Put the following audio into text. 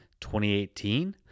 2018